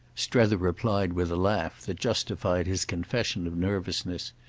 strether replied with a laugh that justified his confession of nervousness.